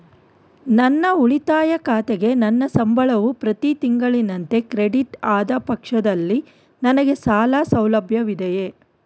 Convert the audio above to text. ನನ್ನ ಉಳಿತಾಯ ಖಾತೆಗೆ ನನ್ನ ಸಂಬಳವು ಪ್ರತಿ ತಿಂಗಳಿನಂತೆ ಕ್ರೆಡಿಟ್ ಆದ ಪಕ್ಷದಲ್ಲಿ ನನಗೆ ಸಾಲ ಸೌಲಭ್ಯವಿದೆಯೇ?